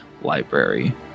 library